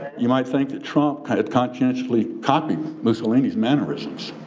you might think that trump had conscientiously copy mussolini's mannerisms.